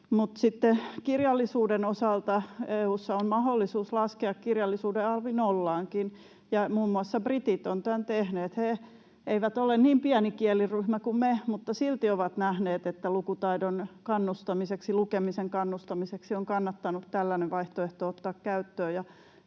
kirjallisuuden osalta: EU:ssa on mahdollisuus laskea kirjallisuuden alv nollaankin, ja muun muassa britit ovat tämän tehneet. He eivät ole niin pieni kieliryhmä kuin me mutta silti ovat nähneet, että lukutaidon kannustamiseksi, lukemisen kannustamiseksi on kannattanut tällainen vaihtoehto ottaa käyttöön.